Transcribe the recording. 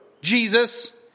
Jesus